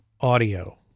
audio